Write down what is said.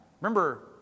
Remember